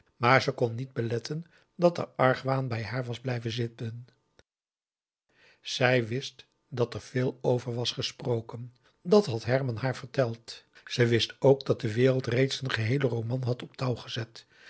maar ze kon niet beletten dat er argwaan bij haar was blijven zitten zij wist dat er veel over was gesproken dat had herman haar verteld ze wist ook dat de wereld reeds een geheelen roman had op touw gezet